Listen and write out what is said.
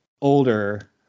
older